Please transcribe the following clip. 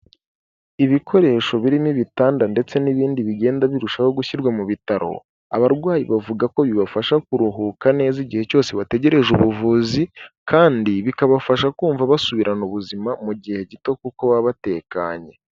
Ibikoresho birimo ibitanda ndetse n'ibindi bigenda birushaho gushyirwa mu bitaro, abarwayi bavuga ko bibafasha kuruhuka neza igihe cyose bategereje ubuvuzi kandi bikabafasha kumva basubirana ubuzima mu gihe gito kuko baba batekanye.